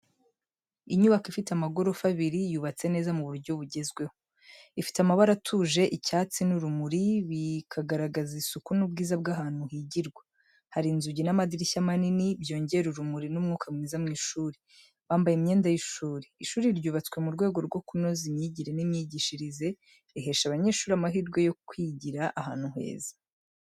Inyubako ifite amagorofa abiri, yubatse neza mu buryo bugezweho. Ifite amabara atuje, icyatsi n’urumuri bikagaragaza isuku n’ubwiza bw’ahantu higirwa. Hari inzugi n’amadirishya manini, byongera urumuri n’umwuka mwiza mu mashuri, bambaye imyenda y’ishuri. Ishuri ryubatswe mu rwego rwo kunoza imyigire n’imyigishirize rihesha abanyeshuri amahirwe yo kwigira ahantu heza.